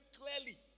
clearly